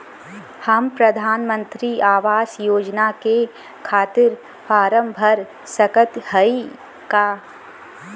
हम प्रधान मंत्री आवास योजना के खातिर फारम भर सकत हयी का?